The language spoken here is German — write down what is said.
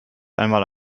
einmal